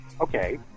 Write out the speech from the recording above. Okay